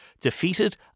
Defeated